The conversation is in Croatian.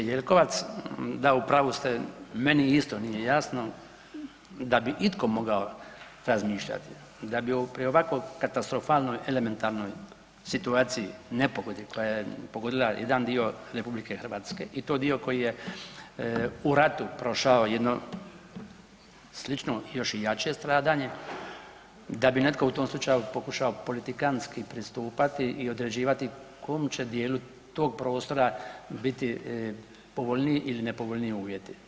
Zahvaljujem kolegice Jelkovac, da u pravu ste, meni isto nije jasno da bi itko mogao razmišljati da bi pri ovako katastrofalnoj elementarnoj situaciji, nepogodi koja je pogodila jedan dio RH i to dio koji je u ratu prošao jedno slično, još i jače stradanje, da bi netko u tom slučaju pokušao politikantski pristupati i određivati komu će dijelu tog prostora biti povoljniji ili nepovoljniji uvjeti.